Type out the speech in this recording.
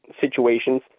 situations